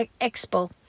expo